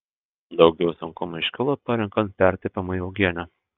daugiau sunkumų iškilo parenkant pertepimui uogienę